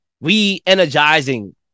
re-energizing